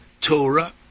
Torah